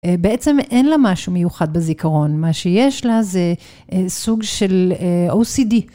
בעצם אין לה משהו מיוחד בזיכרון, מה שיש לה זה סוג של OCD.